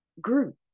group